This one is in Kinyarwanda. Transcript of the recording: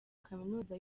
kaminuza